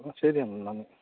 ശരിയന്നാൽ നന്ദി